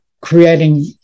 creating